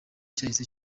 cyahise